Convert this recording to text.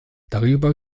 darüber